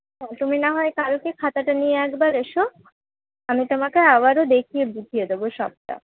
ওহ তুমি না হয় কালকে খাতাটা নিয়ে একবার এসো আমি তোমাকে আবারও দেখিয়ে বুঝিয়ে দেব সবটা